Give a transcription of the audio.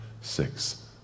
six